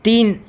तीन